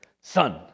Son